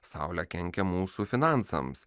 saulė kenkia mūsų finansams